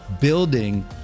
building